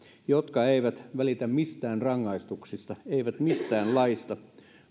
jotka eivät välitä mistään rangaistuksista eivät mistään laeista